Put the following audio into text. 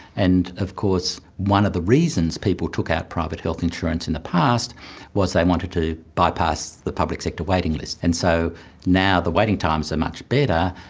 and of course one of the reasons people took out private health insurance in the past was they wanted to bypass the public sector waiting list. and so now the waiting times are much better,